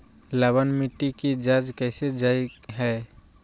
लवन मिट्टी की जच कैसे की जय है?